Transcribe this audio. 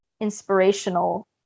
inspirational